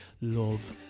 love